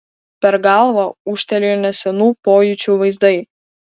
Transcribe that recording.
per galvą ūžtelėjo nesenų pojūčių vaizdai